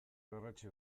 berretsi